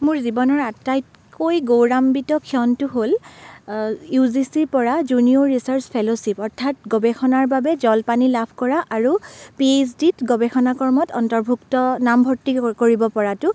মোৰ জীৱনৰ আটাইতকৈ গৌৰাম্বিত ক্ষণটো হ'ল ইউ জি ছিৰ পৰা জুনিয়ৰ ৰিছাৰ্চ ফেল'চিপ অৰ্থাৎ গৱেষণাৰ বাবে জলপানী লাভ কৰা আৰু পি এইচ ডিত গৱেষণা কৰ্মত অন্তৰ্ভুক্ত নামভৰ্তি কৰিব পৰাটো